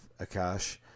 Akash